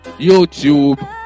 youtube